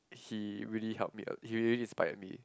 he really helped me uh he really inspired me